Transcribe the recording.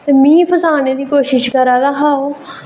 ते मिगी फसानै दी कोशिश करा दा हा ओह्